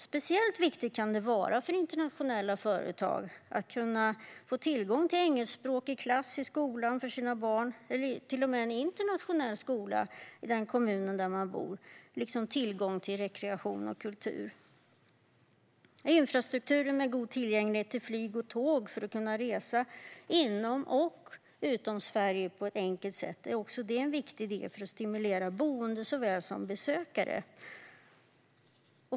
Speciellt viktigt kan det vara för internationella företag och deras anställda att det finns tillgång till engelskspråkiga klasser eller till och med en internationell skola för barnen i den kommun där man bor liksom tillgång till rekreation och kultur. Infrastruktur med god tillgänglighet till flyg och tåg för att man ska kunna resa inom och utanför Sverige på ett enkelt sätt är också en viktig del för att stimulera boende såväl som besökare.